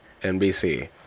NBC